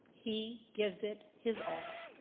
he gives it his all,